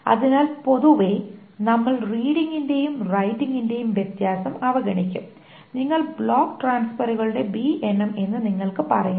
അതിനാൽ പൊതുവെ നമ്മൾ റീഡിങ്ങിന്റെയും റൈറ്റിംഗിന്റെയും വ്യത്യാസം അവഗണിക്കും നിങ്ങൾ ബ്ലോക്ക് ട്രാൻസ്ഫെറുകളുടെ എണ്ണം എന്ന് നിങ്ങൾക് പറയാം